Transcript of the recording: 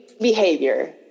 behavior